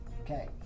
okay